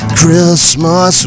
Christmas